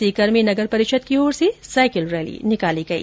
सीकर में नगर परिषद की ओर से साइकिल रैली निकाली गई